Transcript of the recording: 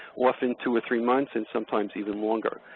often two or three months and sometimes even longer.